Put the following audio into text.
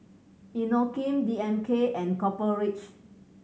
Inokim D M K and Copper Ridge